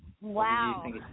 Wow